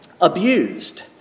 abused